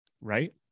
Right